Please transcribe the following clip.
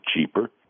cheaper